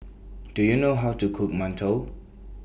Do YOU know How to Cook mantou